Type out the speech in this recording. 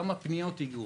כמה פניות הגיעו,